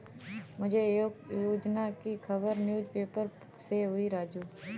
मुझे एक योजना की खबर न्यूज़ पेपर से हुई है राजू